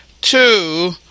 two